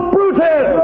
Brutus